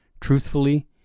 truthfully